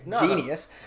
genius